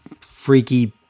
freaky